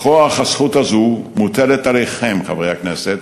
בכוח הזכות הזאת מוטל עליכם, חברי הכנסת,